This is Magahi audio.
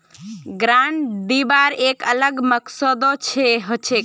ग्रांट दिबार एक अलग मकसदो हछेक